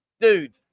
dude